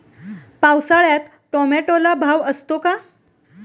पावसाळ्यात टोमॅटोला भाव असतो का?